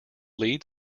lead